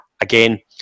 again